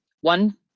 one